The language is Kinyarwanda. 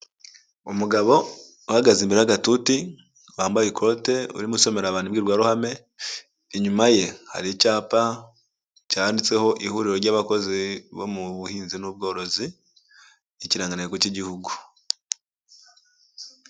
Umugabo uhagaze imbere y'agatuti, wambaye ikote, urimo usomerara abantu imbwirwaruhame, inyuma ye hari icyapa cyanditseho ihuriro ry'abakozi bo mu buhinzi n'ubworozi, n'ikirangantego cy'Igihugu.